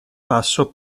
passo